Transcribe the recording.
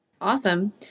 Awesome